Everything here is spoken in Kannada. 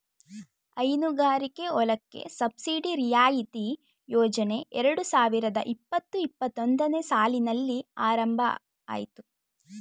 ಹೈನುಗಾರಿಕೆ ಹೊಲಕ್ಕೆ ಸಬ್ಸಿಡಿ ರಿಯಾಯಿತಿ ಯೋಜನೆ ಎರಡು ಸಾವಿರದ ಇಪ್ಪತು ಇಪ್ಪತ್ತೊಂದನೇ ಸಾಲಿನಲ್ಲಿ ಆರಂಭ ಅಯ್ತು